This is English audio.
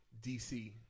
dc